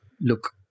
look